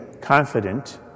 confident